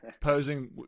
posing